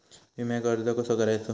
विम्याक अर्ज कसो करायचो?